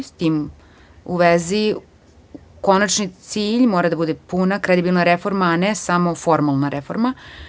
S tim u vezi, konačni cilj mora da bude puna kredibilna reforma, a ne samo formalna reforma.